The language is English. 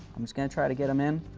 i'm just going to try to get them in,